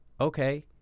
okay